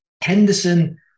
Henderson